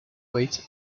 weight